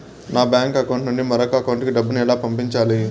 మా bank account నుండి మరొక అకౌంట్ కు డబ్బును ఎలా పంపించాలి